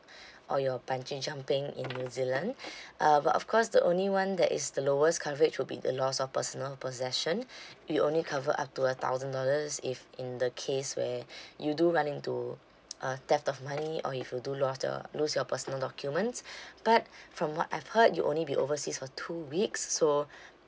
all your bungee jumping in new zealand uh but of course the only one that is the lowest coverage would be the loss of personal possession we only cover up to a thousand dollars if in the case where you do run into uh theft of money or if you do lost your lose your personal documents but from what I've heard you'll only be overseas for two weeks so